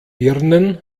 birnen